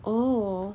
oh